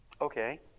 Okay